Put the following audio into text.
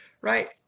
right